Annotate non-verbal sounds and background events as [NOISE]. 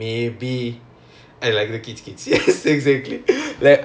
ya like the [NOISE] ya ya